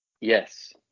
Yes